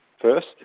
first